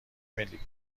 ملی